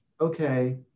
okay